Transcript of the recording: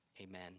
Amen